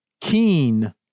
Keen